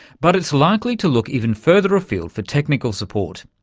but it's likely to look even further afield for technical support,